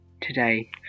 today